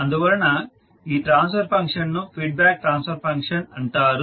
అందువలన ఈ ట్రాన్స్ఫర్ ఫంక్షన్ను ఫీడ్ బ్యాక్ ట్రాన్స్ఫర్ ఫంక్షన్ అంటారు